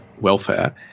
welfare